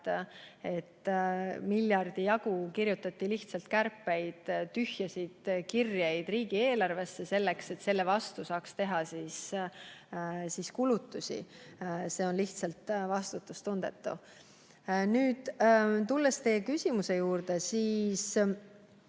et miljardi jagu lihtsalt kirjutati kärpeid, tühjasid kirjeid riigieelarvesse, et selle vastu saaks teha kulutusi. See on lihtsalt vastutustundetu. Tulles teie küsimuse juurde, siis